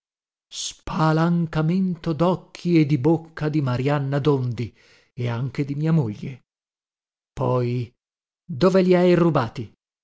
là spalancamento docchi e di bocca di marianna dondi e anche di mia moglie poi dove li hai rubati